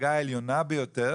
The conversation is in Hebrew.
הדרגה העליונה ביותר